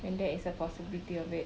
when there is a possibility of it